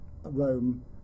Rome